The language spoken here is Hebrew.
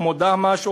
כמו דהמש,